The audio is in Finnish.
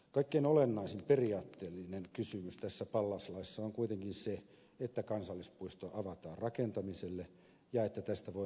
kaikkein olennaisin periaatteellinen kysymys tässä pallas laissa on kuitenkin se että kansallispuisto avataan rakentamiselle ja että tästä voi muodostua ennakkotapaus